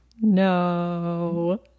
No